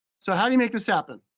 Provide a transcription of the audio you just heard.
so how do you make this happen?